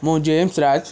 ମୁଁ ଜେମସ ରାଜ